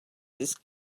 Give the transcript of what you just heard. this